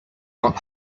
not